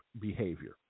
behavior